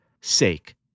sake